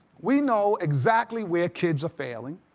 we know exactly where kids are failing.